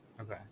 Okay